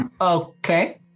okay